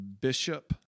Bishop